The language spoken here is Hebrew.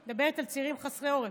אני מדברת על צעירים חסרי עורף.